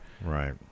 Right